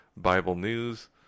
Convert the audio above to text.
BIBLENEWS